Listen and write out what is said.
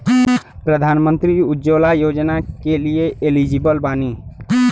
प्रधानमंत्री उज्जवला योजना के लिए एलिजिबल बानी?